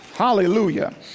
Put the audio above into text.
Hallelujah